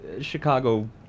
Chicago